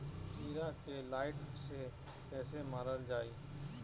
कीड़ा के लाइट से कैसे मारल जाई?